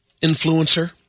influencer